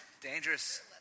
dangerous